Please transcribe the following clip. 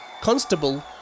Constable